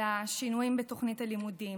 על השינויים בתוכנית הלימודים,